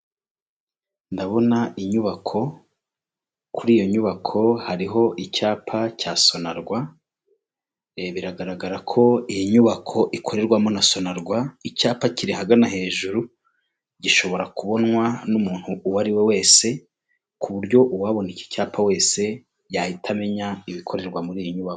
Ndabona inyubako kuri iyo nyubako hariho icyapa cya sonarwa, biragaragara ko iyi nyubako ikorerwamo na sonarwa icyapa kiri ahagana hejuru gishobora kubonwa n'umuntu uwo ari we wese ku buryo uwabona iki cyapa wese yahita amenya ibikorerwa muri iyi nyubako.